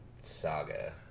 saga